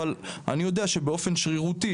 אבל אני יודע שבאופן שרירותי,